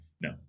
no